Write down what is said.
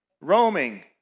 roaming